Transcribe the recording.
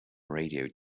radio